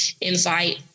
invite